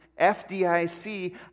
FDIC